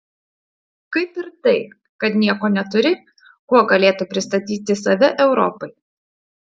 kaip ir tai kad nieko neturi kuo galėtų pristatyti save europai